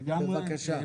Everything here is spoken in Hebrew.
בבקשה.